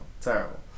terrible